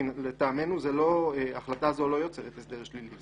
לטעמנו ההחלטה הזו לא יוצרת הסדר שלילי,